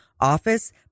office